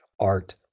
art